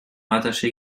rattache